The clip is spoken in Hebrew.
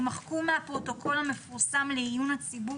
יימחקו מהפרוטוקול המפורסם לעיון הציבור